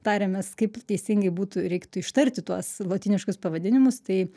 tarėmės kaip teisingai būtų reiktų ištarti tuos lotyniškus pavadinimus tai